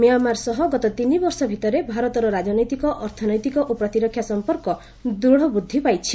Myanmar ସହ ଗତ ତିନିବର୍ଷ ଭିତରେ ଭାରତର ରାଜନୈତିକ ଅର୍ଥନୈତିକ ଓ ପ୍ରତିରକ୍ଷା ସଂପର୍କ ଦୂତ ବୃଦ୍ଧି ପାଇଛି